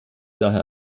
daher